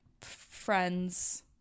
friends